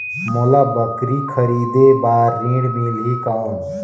मोला बकरी खरीदे बार ऋण मिलही कौन?